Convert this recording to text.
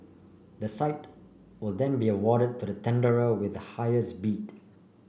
the site will then be awarded to the tenderer with the highest bid